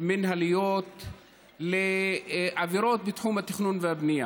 מינהליים על עבירות בתחום התכנון והבנייה.